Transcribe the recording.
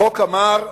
החוק אמר,